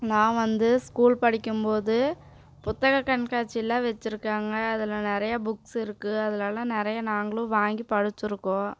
நான் வந்து ஸ்கூல் படிக்கும் போது புத்தகக் கண்காட்சிலாம் வச்சுருக்காங்க அதில் நிறையா புக்ஸ் இருக்கும் அதிலலாம் நிறையா நாங்களும் வாங்கி படித்திருக்கோம்